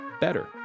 better